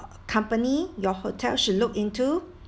uh company your hotel should look into